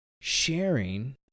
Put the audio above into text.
sharing